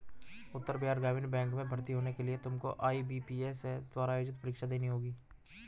उत्तर बिहार ग्रामीण बैंक में भर्ती होने के लिए तुमको आई.बी.पी.एस द्वारा आयोजित परीक्षा देनी होगी